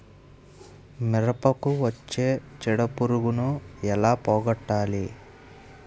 మిరపకు వచ్చే చిడపురుగును ఏల పోగొట్టాలి?